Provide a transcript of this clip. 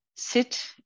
sit